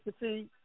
see